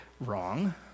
wrong